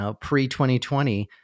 pre-2020